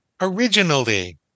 originally